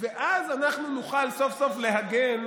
ואז אנחנו נוכל סוף-סוף להגן.